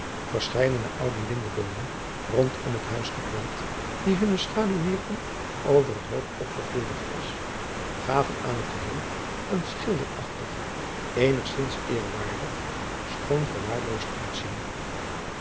verscheidene oude lindeboomen rondom het huis geplant die hunne schaduw wierpen over het hoog opgegroeide gras gaven aan het gebeel een schilderachtig eenigzins eerwaardig schoon verwaarloosd uitzien